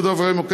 חברות ממשלתיות,